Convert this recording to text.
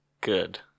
Good